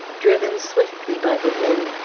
driven swiftly by the wind,